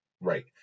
Right